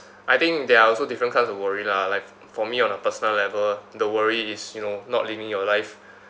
I think there are also different kinds of worry lah like f~ for me on a personal level the worry is you know not living your life